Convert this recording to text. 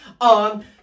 on